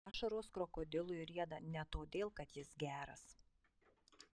ašaros krokodilui rieda ne todėl kad jis geras